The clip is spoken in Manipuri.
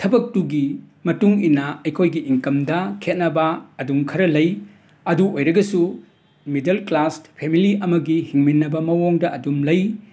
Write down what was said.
ꯊꯕꯛꯇꯨꯒꯤ ꯃꯇꯨꯡ ꯏꯟꯅ ꯑꯩꯈꯣꯏꯒꯤ ꯏꯟꯀꯝꯗ ꯈꯦꯠꯅꯕ ꯑꯗꯨꯝ ꯈꯔ ꯂꯩ ꯑꯗꯨ ꯑꯣꯏꯔꯒꯁꯨ ꯃꯤꯗꯜ ꯀ꯭ꯂꯥꯁ ꯐꯦꯃꯤꯂꯤ ꯑꯃꯒꯤ ꯍꯤꯡꯃꯤꯟꯅꯕ ꯃꯋꯣꯡꯗ ꯑꯗꯨꯝ ꯂꯩ